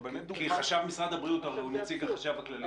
--- חשב משרד הבריאות הרי הוא נציג החשב הכללי.